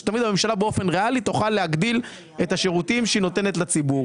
שתמיד הממשלה באופן ריאלי תוכל להגביל את השירותים שהיא נותנת לציבור,